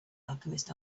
alchemist